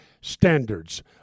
standards